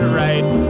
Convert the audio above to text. right